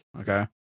Okay